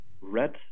red